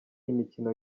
imikino